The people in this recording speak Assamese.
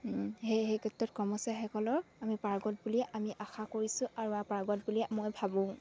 সেয়ে সেই ক্ষেত্ৰত কৰ্মচাৰীসকলৰ আমি পাৰ্গত বুলিয়ে আমি আশা কৰিছোঁ আৰু পাৰ্গত বুলিয়ে মই ভাবোঁ